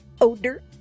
odor